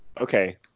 Okay